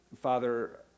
Father